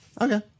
Okay